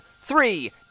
Three